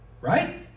Right